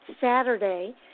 Saturday